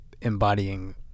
embodying